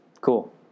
Cool